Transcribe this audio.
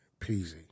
Peasy